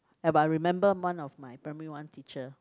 eh but I remember one of my primary one teacher